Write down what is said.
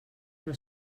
però